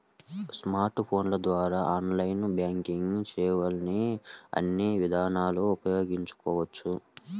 smart ఫోన్ల ద్వారా online banking సేవల్ని అన్ని విధాలుగా ఉపయోగించవచ్చు